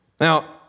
Now